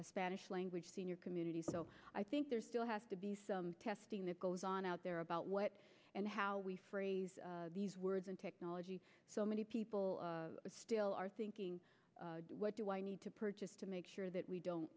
a spanish language senior community so i think there still has to be testing that goes on out there about what and how we phrase these words and technology so many people still are thinking what do i need to purchase to make sure that we don't